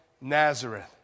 Nazareth